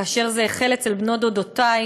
כאשר זה החל אצל בנות דודותי,